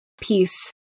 peace